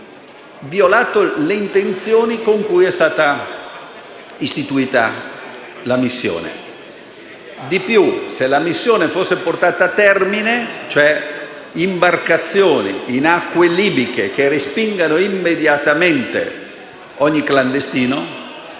violato le intenzioni con cui è stata istituita la missione. Di più, se la missione fosse stata portata a termine, cioè con imbarcazioni in acque libiche che respingano immediatamente ogni clandestino,